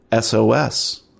sos